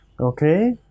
okay